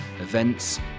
events